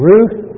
Ruth